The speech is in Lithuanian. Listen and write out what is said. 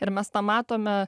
ir mes tą matome